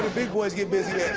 big boys get busy